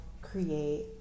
create